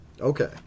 Okay